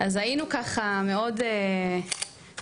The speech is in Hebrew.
היינו ככה מאוד פעילים.